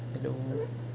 hello